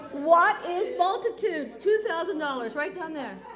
what is faultitudes? two thousand dollars, right down there.